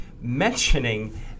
mentioning